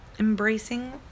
Embracing